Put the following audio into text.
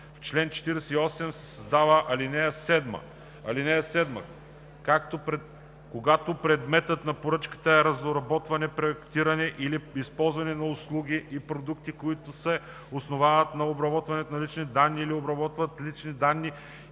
В чл. 48 се създава ал. 7: „(7) Когато предметът на поръчката е разработване, проектиране и използване на услуги и продукти, които се основават на обработване на лични данни или обработват лични данни,